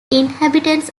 inhabitants